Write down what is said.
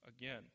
again